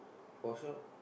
for sure